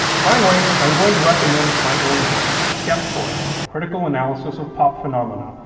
finally, i'm going to recommend my own book, skeptoid, critical analysis of pop phenomena,